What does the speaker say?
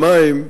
אני לא שומע.